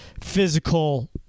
physical